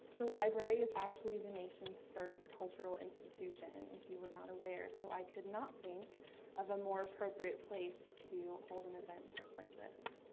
the library is actually the nation's first cultural institution, if you were not aware, so i could not think of a more appropriate place to hold an event such like this.